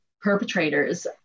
perpetrators